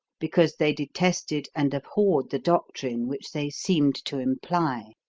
because they detested and abhorred the doctrine which they seemed to imply.